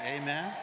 Amen